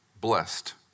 blessed